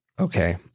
Okay